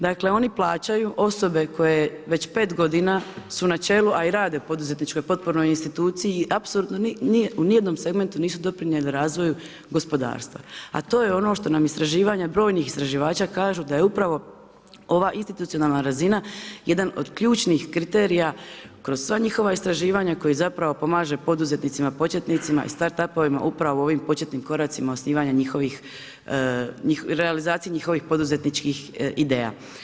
Dakle, oni plaćaju osobe koje već 5 godina su na čelu, a i rade u poduzetničko potpornoj instituciji, apsolutno u ni jednom segmentu nisu doprinijeli razvoju gospodarstva, a to je ono što nam istraživanja brojnih istraživača kažu, da je upravo ova institucionalna razina jedan od ključnih kriterija kroz sva njihova istraživanja koji zapravo pomaže poduzetnicima početnicima i start-upovima upravo u ovim početnim koracima osnivanja njihovih, realizaciji njihovih poduzetničkih ideja.